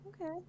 Okay